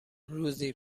روزی